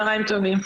טובים.